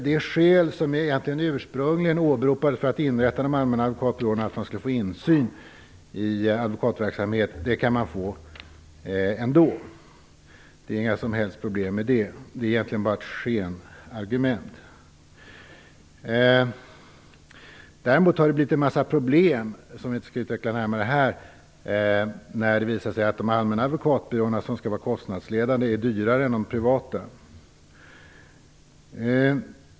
Det skäl som ursprungligen åberopades för att inrätta de allmänna advokatbyråerna var att man skulle få insyn i advokatverksamheten. Men det kan man få ändå, så det är inga som helst problem med det. Det är egentligen bara ett skenargument. Däremot har det uppstått en massa problem, som jag inte närmare skall utveckla här. Men det har nämligen visat sig att de allmänna advokatbyråerna, som skall vara kostnadsledande, är dyrare än de privata.